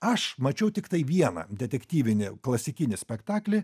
aš mačiau tiktai vieną detektyvinį klasikinį spektaklį